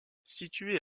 située